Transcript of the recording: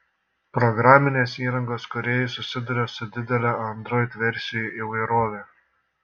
programinės įrangos kūrėjai susiduria su didele android versijų įvairove